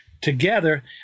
together